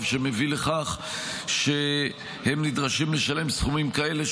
שמביא לכך שהם נדרשים לשלם סכומים כאלה,